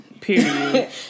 Period